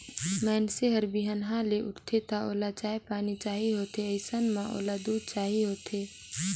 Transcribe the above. मइनसे हर बिहनहा ले उठथे त ओला चाय पानी चाही होथे अइसन म ओला दूद चाही होथे